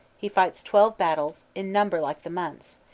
he fights twelve battles, in number like the months,